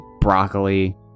broccoli